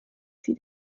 sie